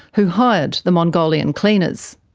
who hired the mongolian cleaners.